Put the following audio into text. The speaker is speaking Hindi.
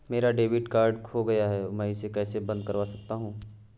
मेरा डेबिट कार्ड खो गया है मैं इसे कैसे बंद करवा सकता हूँ?